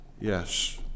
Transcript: Yes